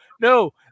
no